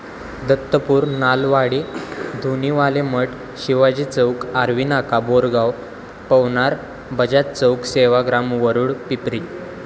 Dattapur Nalwadi Dhuniwale Math Shivaji Chowk Arvi Naka Borgaon Pavnar Bajaj Chowk Sevagram Warud Pipri